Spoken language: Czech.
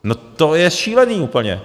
No to je šílený úplně.